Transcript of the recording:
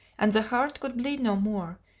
and the heart could bleed no more,